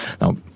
Now